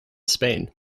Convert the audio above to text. spain